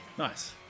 nice